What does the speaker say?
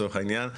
לצורך העניין,